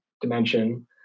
dimension